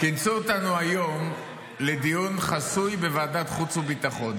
כינסו אותנו היום לדיון חסוי בוועדת חוץ וביטחון.